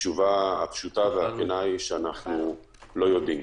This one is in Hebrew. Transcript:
התשובה הפשוטה והכנה היא שאנחנו לא יודעים.